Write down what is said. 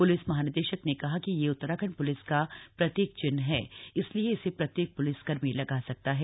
police महानिदेशक ने कहा कि यह उत्तराखण्ड प्लिस का प्रतीक चिन्ह है इसलिए इसे प्रत्येक प्लिसकर्मी लगा सकता है